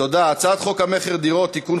אני קובע כי הצעת חוק הקאדים (תיקון,